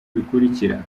bikurikira